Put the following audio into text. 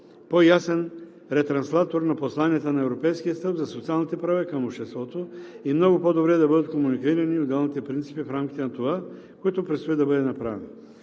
по-ясен ретранслатор на посланията на европейския стълб за социалните права към обществото и много по-добре да бъдат комуникирани отделните принципи в рамките на това, което предстои да бъде направено.